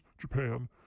Japan